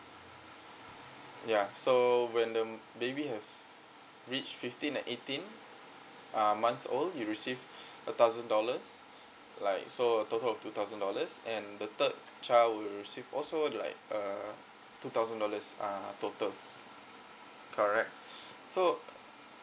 ya so when the baby have reach fifteen and eighteen uh months old you receive a thousand dollars like so a total of two thousand dollars and the third child would receive also like uh two thousand dollars uh total correct so